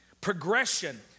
progression